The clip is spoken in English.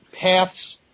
paths